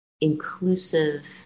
inclusive